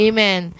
Amen